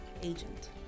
agent